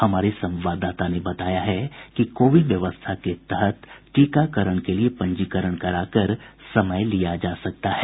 हमारे संवाददाता ने बताया है कि कोविन व्यवस्था के तहत टीकाकरण के लिए पंजीकरण कराकर समय लिया जा सकता है